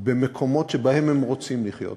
במקומות שבהם היא רוצה לחיות,